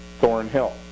Thornhill